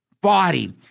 body